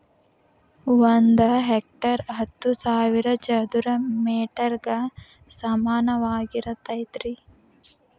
ಒಂದ ಹೆಕ್ಟೇರ್ ಹತ್ತು ಸಾವಿರ ಚದರ ಮೇಟರ್ ಗ ಸಮಾನವಾಗಿರತೈತ್ರಿ